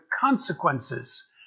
consequences